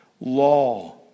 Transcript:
law